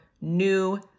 new